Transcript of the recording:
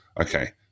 Okay